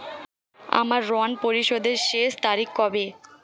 আমার ঋণ পরিশোধের শেষ তারিখ কবে?